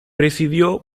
presidido